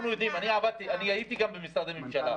אני הייתי גם במשרדי ממשלה.